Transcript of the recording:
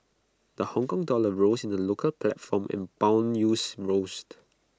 the Hongkong dollar rose in the local platform and Bond yields roast